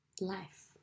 life